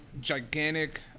gigantic